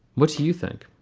what do you think?